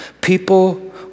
people